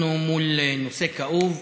אנחנו מול נושא כאוב,